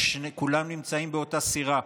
כולם נמצאים באותה סירה,